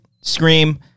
scream